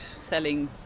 selling